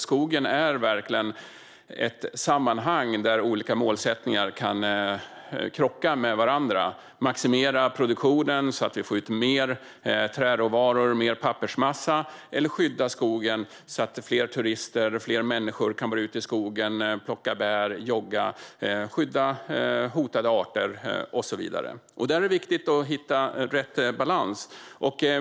Skogen är verkligen ett sammanhang där olika målsättningar kan krocka med varandra - att maximera produktionen så att vi får ut mer träråvara och pappersmassa eller att skydda skogen så att fler turister och andra människor kan vara ute i skogen och plocka bär och jogga samt för att skydda hotade arter och så vidare. Där är det viktigt att hitta rätt balans.